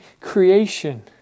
creation